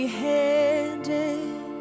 handed